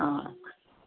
आं